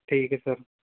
ਠੀਕ ਹੈ ਸਰ